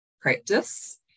practice